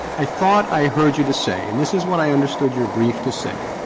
i thought i heard you to say, and this is what i understood your brief to say,